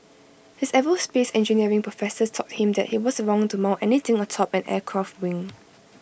his aerospace engineering professors taught him that IT was wrong to mount anything atop an aircraft wing